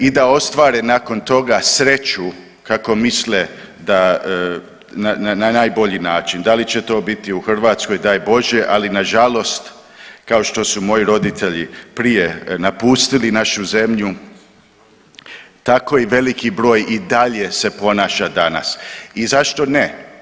I da ostvare nakon toga sreću kako misle da na najbolji način, da li će to biti u Hrvatskoj, daj bože, ali nažalost kao što su moji roditelji prije napustili našu zemlju, tako i veliki broj i dalje se ponaša danas i zašto ne?